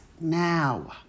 now